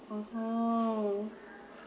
(uh huh)